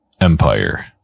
empire